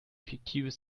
fiktives